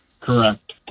Correct